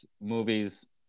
movies